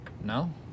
No